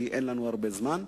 כי אין לנו הרבה זמן.